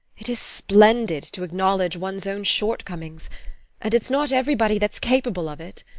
it is splendid, to acknowledge one's own shortcomings and it's not everybody that's capable of it.